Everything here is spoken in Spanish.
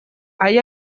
hay